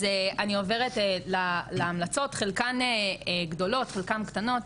אז אני עוברת להמלצות, חלקן גדולות, חלקן קטנות,